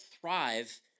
thrive